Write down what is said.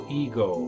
ego